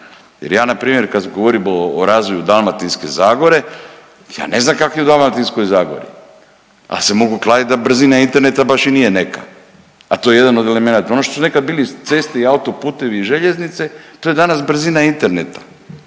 Jer ja na primjer kad govorim o razvoju Dalmatinske zagore, ja ne znam kako je u Dalmatinskoj zagori ali se mogu kladiti da brzina interneta baš i nije neka, a to je jedan od elemenata. Ono što su nekad bili ceste i autoputevi i željeznice to je danas brzina interneta,